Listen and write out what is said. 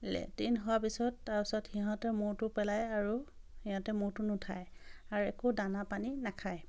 latrine হোৱাৰ পিছত তাৰপিছত সিহঁতে মূৰটো পেলায় আৰু সিহঁতে মূৰটো নুঠায় আৰু একো দানা পানী নাখায়